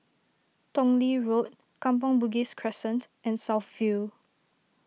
Tong Lee Road Kampong Bugis Crescent and South View